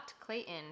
Clayton